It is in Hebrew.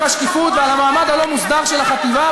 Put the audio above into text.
השקיפות ועל המעמד הלא-מוסדר של החטיבה,